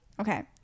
okay